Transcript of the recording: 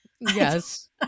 Yes